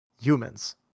humans